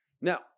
Now